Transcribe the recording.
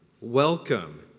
Welcome